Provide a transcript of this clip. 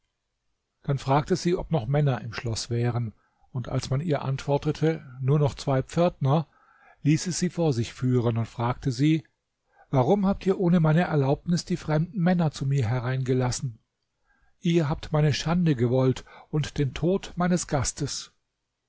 dann fragte sie ob noch männer im schloß wären und als man ihr antwortete nur noch zwei pförtner ließ sie sie vor sich führen und fragte sie warum habt ihr ohne meine erlaubnis die fremden männer zu mir hereingelassen ihr habt meine schande gewollt und den tod meines gastes